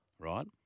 right